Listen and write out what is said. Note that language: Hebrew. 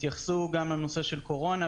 התייחסו גם לנושא של קורונה,